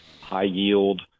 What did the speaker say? High-yield